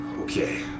Okay